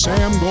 Sam